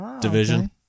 division